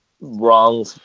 wrong